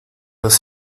las